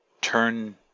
turn